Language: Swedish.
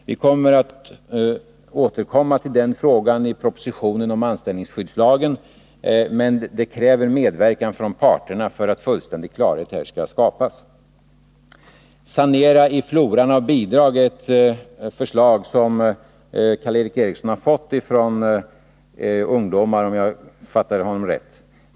Vi återkommer till den frågan i propositionen om anställningsskyddslagen. Men det krävs en medverkan från parterna för att fullständig klarhet skall skapas här. Sanera i floran av bidrag! — det är ett förslag som Karl Erik Eriksson har fått från ungdomar, om jag fattade honom rätt.